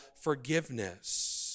forgiveness